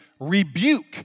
rebuke